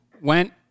went